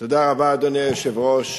אדוני היושב-ראש,